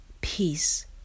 peace